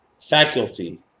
faculty